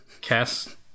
Cast